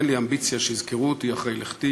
אין לי אמביציה שיזכרו אותי אחרי לכתי,